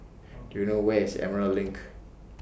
Do YOU know Where IS Emerald LINK